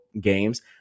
games